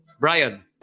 Brian